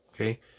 okay